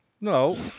No